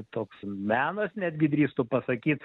toks menas netgi drįstu pasakyt